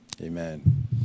Amen